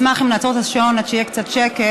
אני אשמח אם נעצור את השעון עד שיהיה קצת שקט.